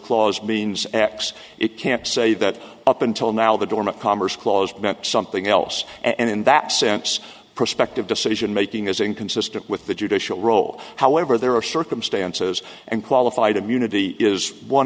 clause means x it can't say that up until now the dormant commerce clause meant something else and in that sense prospective decision making is inconsistent with the judicial role however there are circumstances and qualified immunity is one